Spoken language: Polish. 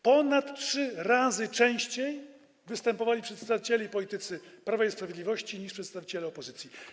Ponad trzy razy częściej występowali przedstawiciele i politycy Prawa i Sprawiedliwości niż przedstawiciele opozycji.